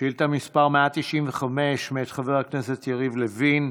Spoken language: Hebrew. שאילתה מס' 195, מאת חבר הכנסת יריב לוין.